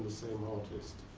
same artist.